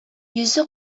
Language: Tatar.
йөзе